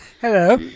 Hello